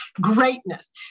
Greatness